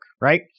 right